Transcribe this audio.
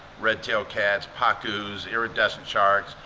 redtail cats, pacus, iridescent sharks.